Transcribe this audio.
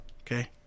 Okay